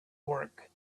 work